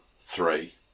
Three